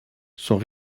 sont